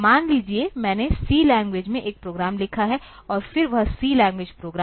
मान लीजिए मैंने c लैंग्वेज में एक प्रोग्राम लिखा है और फिर वह c लैंग्वेज प्रोग्राम